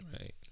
Right